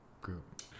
group